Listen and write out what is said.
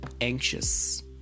anxious